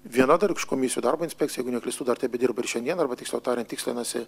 viena dar iš komisijų darbo inspekcija jeigu neklystu dar tebedirba ir šiandieną arba tiksliau tariant tikslinasi